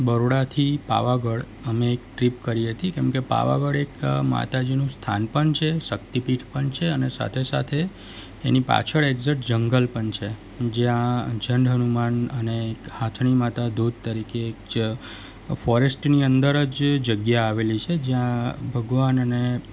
બરોડાથી પાવાગઢ અમે ટ્રીપ કરી હતી કેમકે પાવાગઢ એક માતાજીનું સ્થાન પણ છે શક્તિ પીઠ પણ છે અને સાથે સાથે એની પાછળ એકઝેટ જંગલ પણ છે જ્યાં જનહલમંડ અને એક હાથણી માતા દુત તરીકે જ ફોરેસ્ટની અંદર જ જગ્યા આવેલી છે જ્યાં ભગવાન અને